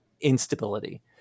instability